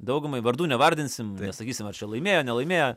daugumai vardų nevardinsim sakysim ar čia laimėjo nelaimėjo